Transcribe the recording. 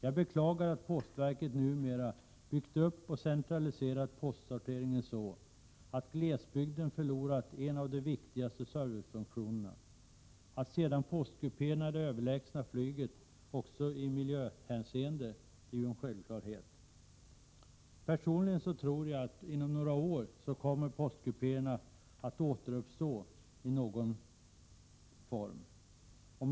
Jag beklagar att postverket numera har byggt upp och centraliserat postsorteringen på ett sådant sätt att glesbygden förlorat en av de viktigaste servicefunktionerna. Att sedan postkupéerna är överlägsna flyget också i miljöhänseende är en självklarhet. Personligen tror jag att postkupéerna kommer att återuppstå i någon form inom några år.